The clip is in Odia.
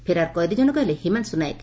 ଫେରାର୍ କଏଦୀ ଜଶକ ହେଲେ ହିମାଂଶୁ ନାୟକ